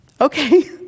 okay